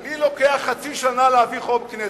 לי לוקח חצי שנה להעביר חוק בכנסת.